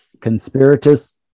conspirators